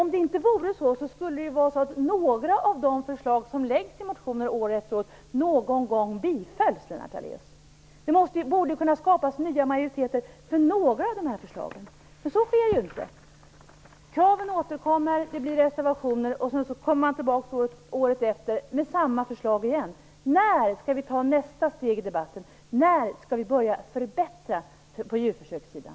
Om det inte fanns det, skulle några av de förslag som läggs fram i motioner år efter år någon gång bifallas, Lennart Daléus. Det måste ju kunna skapas nya majoriteter för några av dessa förslag. Men så sker ju inte. Förslagen återkommer. De resulterar i reservationer. Sedan kommer man tillbaka året efter med samma förslag igen. När skall vi ta nästa steg i debatten? När skall vi börja att förbättra på djurförsökssidan?